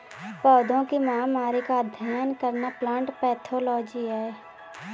पौधों की महामारी का अध्ययन करना प्लांट पैथोलॉजी है